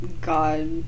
God